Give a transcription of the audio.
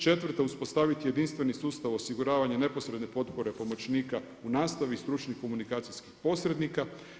Četvrta uspostaviti jedinstveni sustav osiguravanja neposredne potpore pomoćnika u nastavi i stručnih komunikacijskih posrednika.